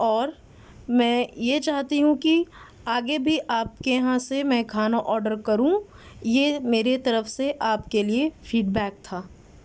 اور میں یہ چاہتی ہوں کہ آگے بھی آپ کے یہاں سے میں کھانا آڈر کروں یہ میری طرف سے آپ کے لیے فیڈ بیک تھا